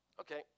Okay